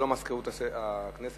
זה לא מזכירות הכנסת,